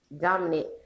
dominant